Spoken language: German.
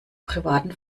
privaten